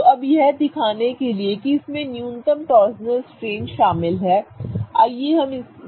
तो अब यह दिखाने के लिए कि इसमें न्यूनतम टॉर्सनल स्ट्रेन शामिल है आइए हम इस दूसरी तस्वीर को देखें